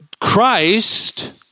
Christ